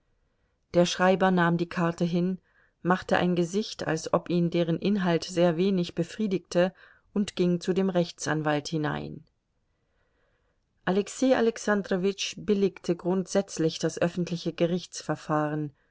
der schreiber nahm die karte hin machte ein gesicht als ob ihn deren inhalt sehr wenig befriedigte und ging zu dem rechtsanwalt hinein alexei alexandrowitsch billigte grundsätzlich das öffentliche gerichtsverfahren